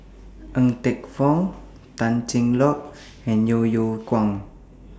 Ng Teng Fong Tan Cheng Lock and Yeo Yeow Kwang